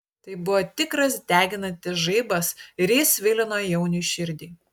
tai buvo tikras deginantis žaibas ir jis svilino jauniui širdį